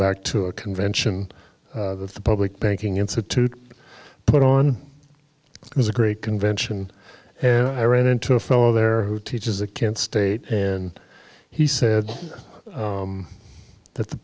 back to a convention that the public banking institute put on it was a great convention and i ran into a fellow there who teaches a kent state and he said that the